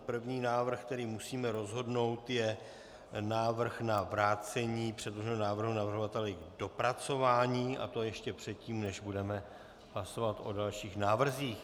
První návrh, který musíme rozhodnout, je návrh na vrácení předloženého návrhu navrhovateli k dopracování, a to ještě předtím, než budeme hlasovat o dalších návrzích.